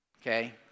okay